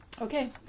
Okay